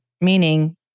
meaning